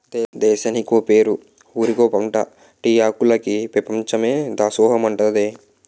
దేశానికో పేరు ఊరికో పంటా టీ ఆకులికి పెపంచమే దాసోహమంటాదే